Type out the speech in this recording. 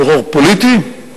טרור פוליטי,